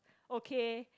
okay